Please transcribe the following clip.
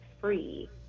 free